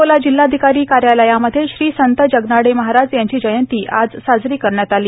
अकोला जिल्हाधिकारी कार्यालय मध्ये श्री संत जगनाडे महाराज यांची जयती आज साजरी करण्यात आली